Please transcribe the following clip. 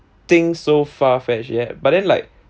think so far fetched yet but then like